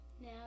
now